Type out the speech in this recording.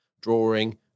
drawing